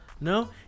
No